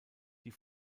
die